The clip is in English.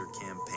campaign